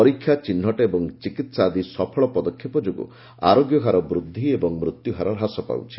ପରୀକ୍ଷା ଚିହ୍ରଟ ଏବଂ ଚିକିତ୍ସା ଆଦି ସଫଳ ପଦକ୍ଷେପ ଯୋଗୁଁ ଆରୋଗ୍ୟ ହାର ବୃଦ୍ଧି ଏବଂ ମୃତ୍ୟ ହାର ହ୍ରାସ ପାଉଛି